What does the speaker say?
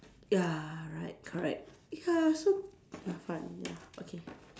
ya right correct ya so have fun ya okay